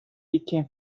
became